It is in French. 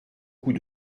coup